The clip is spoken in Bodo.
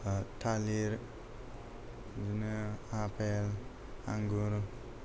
थालिर बिदिनो आफेल आंगुर